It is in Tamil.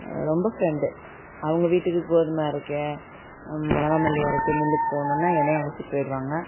ரொம்ப ஃப்ரெண்டு அவங்க வீட்டுக்கு கோதுமை அரைக்க மிளகா மல்லி அரைக்க மில்லுக்கு போகணுன்னா என்னைய அழைச்சிட்டு போய்டுவாங்க